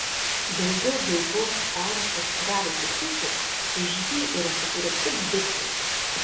daugiau bilbord sąrašą užkariavusių hitų už jį yra sukūrę tik bitlai